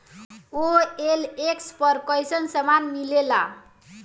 OLX पर कइसन सामान मीलेला?